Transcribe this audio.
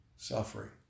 suffering